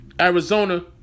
Arizona